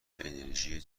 انرژی